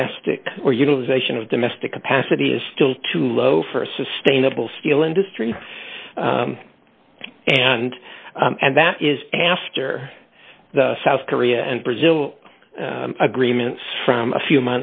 domestic or utilization of domestic capacity is still too low for a sustainable steel industry and and that is after the south korea and brazil agreements from a few